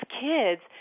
kids